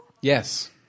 Yes